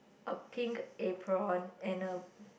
a pink apron and a